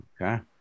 Okay